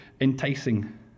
enticing